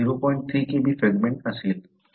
3 Kb fragment असेल